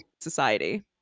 society